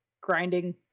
grinding